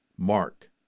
Mark